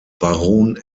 baron